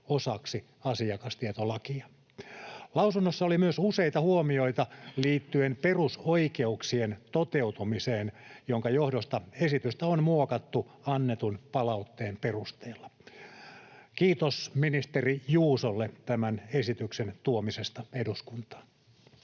osaksi asiakastietolakia. Lausunnossa oli myös useita huomioita liittyen perusoikeuksien toteutumiseen, minkä johdosta esitystä on muokattu annetun palautteen perusteella. Kiitos ministeri Juusolle tämän esityksen tuomisesta eduskuntaan.